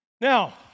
Now